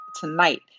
tonight